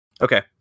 Okay